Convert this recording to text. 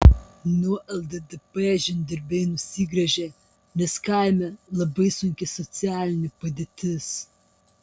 nuo lddp žemdirbiai nusigręžė nes kaime labai sunki socialinė padėtis